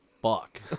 fuck